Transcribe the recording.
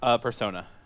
Persona